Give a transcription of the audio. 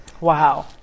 Wow